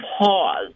pause